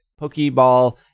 Pokeball